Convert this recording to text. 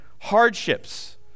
hardships